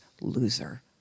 loser